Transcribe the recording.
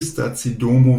stacidomo